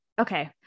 okay